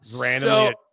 Randomly